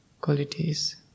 qualities